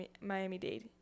miami-dade